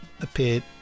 appeared